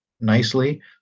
nicely